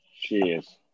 Cheers